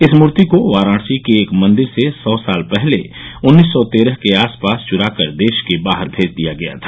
इस मूर्ति को वाराणसी के एक मंदिर से सौ साल पहले उन्नी सौ तेरह के आसपास चुराकर देश के बाहर भेज दिया गया था